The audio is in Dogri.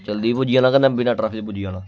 जल्दी पुज्जी जाना कन्नै बिना ट्रैफिक दे पुज्जी जाना